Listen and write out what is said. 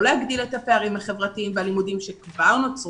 להגדיל את הפערים החברתיים והלימודיים שכבר נוצר,